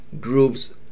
groups